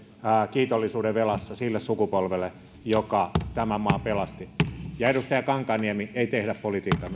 kiitollisuudenvelassa sille sukupolvelle joka tämän maan pelasti ja edustaja kankaanniemi ei tehdä politiikkaa